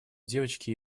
девочки